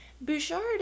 Bouchard